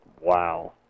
Wow